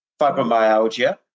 fibromyalgia